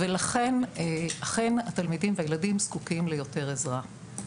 לכן אכן התלמידים והילדים זקוקים ליותר עזרה.